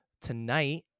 tonight